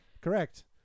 Correct